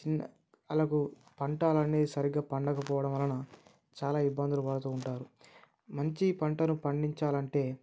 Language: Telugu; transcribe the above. చిన్న ఆళ్ళకు పంటాలన్ని సరిగ్గా పండకపోవడం వలన చాలా ఇబ్బందులు పడుతూ ఉంటారు మంచి పంటను పండించాలంటే